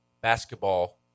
basketball